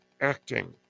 acting